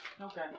Okay